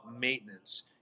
maintenance